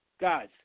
Guys